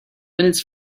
minutes